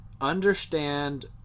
understand